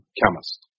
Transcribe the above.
chemist